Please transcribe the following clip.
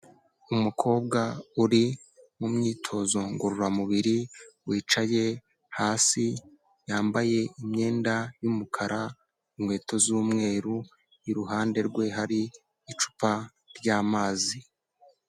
Umukobwa uri mumyitozo ngororamubiri wicaye hasi yambaye imyenda yumukara inkweto z'umweru iruhande rwe hari icupa ry'amazi.